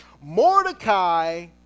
Mordecai